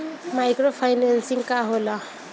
Micro financing का होला?